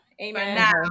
Amen